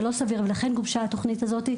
זה לא סביר ולכן גובשה התוכנית הזאת.